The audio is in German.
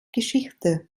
geschichte